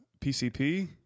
PCP